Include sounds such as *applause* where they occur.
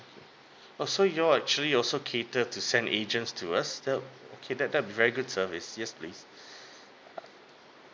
oh so you all actually also cater to send agents to us okay that that be very good service yes please *breath*